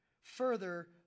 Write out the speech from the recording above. Further